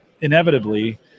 inevitably